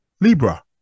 Libra